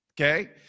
Okay